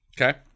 Okay